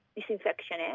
disinfection